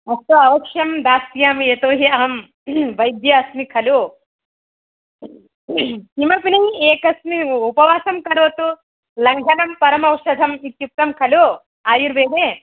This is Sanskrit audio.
अस्तु अवश्यं दास्यामि यतोहि अहं वैद्य अस्मि खलु किमपि नि एकस्मिन् उपवासं करोतु लङ्घनं परम् औषधम् इत्युक्तं खलु आयुर्वेदे